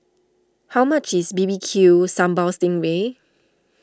how much is B B Q Sambal Sting Ray